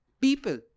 People